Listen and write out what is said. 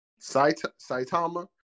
Saitama